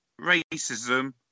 racism